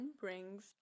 brings